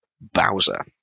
Bowser